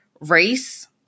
race